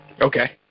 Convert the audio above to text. Okay